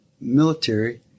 military